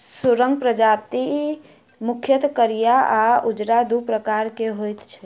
सुगरक प्रजाति मुख्यतः करिया आ उजरा, दू प्रकारक होइत अछि